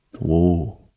Whoa